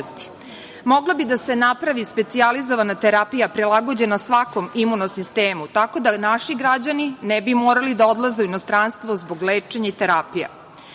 Mogla bi da se napravi specijalizovana terapija prilagođena svakom imuno sistemu tako da naši građani ne bi morali da odlaze u inostranstvo zbog lečenja i terapija. Svedoci